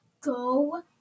go